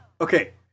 Okay